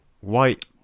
white